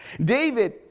David